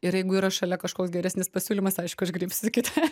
ir jeigu yra šalia kažkoks geresnis pasiūlymas aišku aš griebsiu kitą